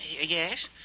Yes